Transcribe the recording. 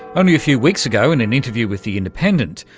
only a few weeks ago in an interview with the independent,